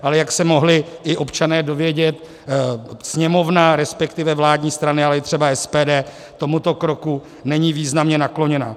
Ale jak se mohli i občané dovědět, Sněmovna, resp. vládní strany, ale i třeba SPD tomuto kroku není významně nakloněná.